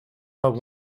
but